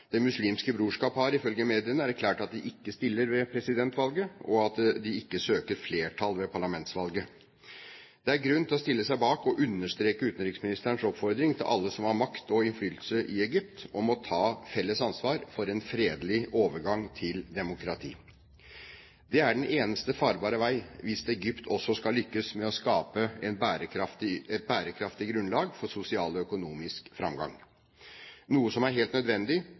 Det muslimske brorskap har, ifølge mediene, erklært at de ikke stiller ved presidentvalget, og at de ikke søker flertall ved parlamentsvalget. Det er grunn til å stille seg bak og understreke utenriksministerens oppfordring til alle som har makt og innflytelse i Egypt, om å ta felles ansvar for en fredelig overgang til demokrati. Det er den eneste farbare vei hvis Egypt også skal lykkes med å skape et bærekraftig grunnlag for sosial og økonomisk framgang, noe som er helt nødvendig